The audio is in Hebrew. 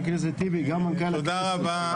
תודה רבה,